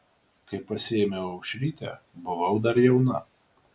kai pasiėmiau aušrytę buvau dar jauna